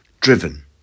Driven